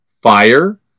fire